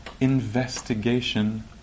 investigation